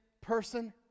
person